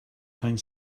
playing